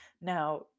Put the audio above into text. Now